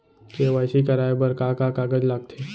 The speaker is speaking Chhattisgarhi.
के.वाई.सी कराये बर का का कागज लागथे?